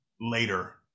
later